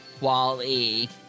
Wally